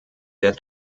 der